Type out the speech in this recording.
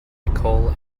nicole